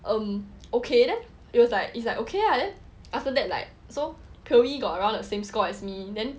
um okay then it was like it's like okay lah then after that like so pio yee got around the same score as me then